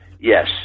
yes